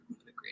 agree